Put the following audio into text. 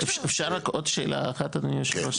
אפשר רק עוד שאלה אחת אדוני היושב ראש?